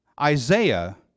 Isaiah